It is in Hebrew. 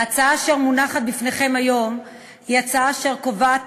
ההצעה אשר מונחת בפניכם היום היא הצעה אשר קובעת